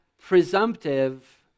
presumptive